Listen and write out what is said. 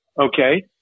Okay